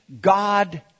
God